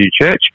church